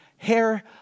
Hair